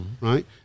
Right